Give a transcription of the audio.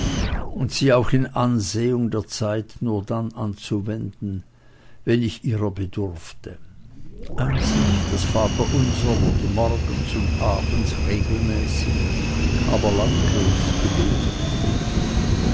und sie auch in ansehung der zeit nur dann anzuwenden wenn ich ihrer bedurfte einzig das vaterunser wurde morgens und abends regelmäßig aber lautlos gebetet